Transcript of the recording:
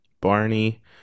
Barney